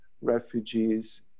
refugees